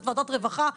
זו וועדת רווחה,